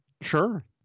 Sure